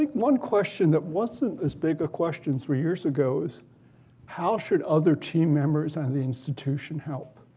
like one question that wasn't as big a question three years ago is how should other team members and the institution help?